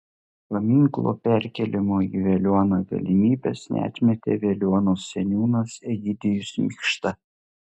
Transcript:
paminklo perkėlimo į veliuoną galimybės neatmetė veliuonos seniūnas egidijus mikšta